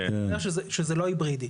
כך שזה לא היברידי.